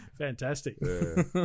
Fantastic